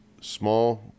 small